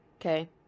Okay